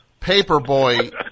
paperboy